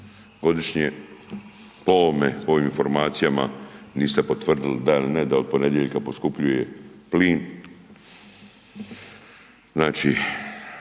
godišnje, po ovim informacijama niste potvrdili da ili ne da od ponedjeljka poskupljuje plin, znači